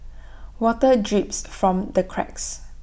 water drips from the cracks